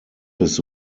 his